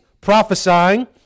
prophesying